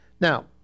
Now